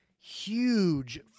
huge